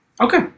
Okay